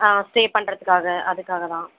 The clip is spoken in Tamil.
ஸ்டே பண்ணுறதுக்காக அதற்காகதான்